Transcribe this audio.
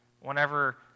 whenever